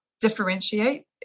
differentiate